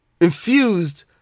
infused